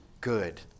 good